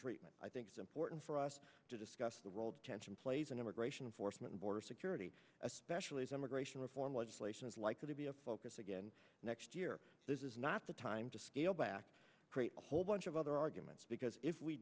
treatment i think it's important for us to discuss the world tension plays and immigration enforcement border security especially some gratian reform legislation is likely to be a focus again next year this is not the time to scale back to create a whole bunch of other arguments because if we